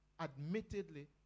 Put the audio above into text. Admittedly